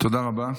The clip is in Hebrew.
תודה רבה.